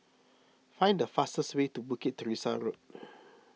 find the fastest way to Bukit Teresa Road